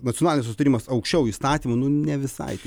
nacionalinis susitarimas aukščiau įstatymų nu ne visai